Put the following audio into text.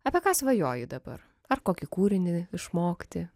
apie ką svajoji dabar ar kokį kūrinį išmokti